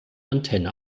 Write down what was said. antenne